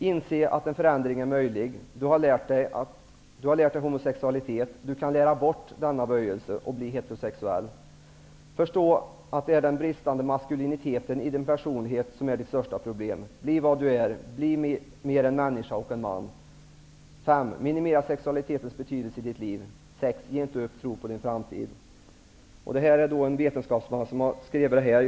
Inse att en förändring är möjlig. Du har lärt dig homosexualitet. Du kan ''lära bort' denna böjelse och bli heterosexuell. 4. Förstå att det är den bristande maskuliniteten i din personlighet som är ditt största problem. Bli vad du är! Bli allt mer en människa och en man! 5. Minimera sexualitetens betydelse i ditt liv. 6. Ge inte upp! Tro på din framtid!'' Det är en vetenskapsman som har skrivit detta.